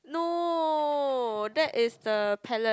no that is the pallet